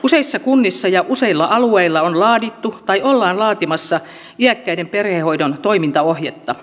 useissa kunnissa ja useilla alueilla on laadittu tai ollaan laatimassa iäkkäiden perhehoidon toimintaohjetta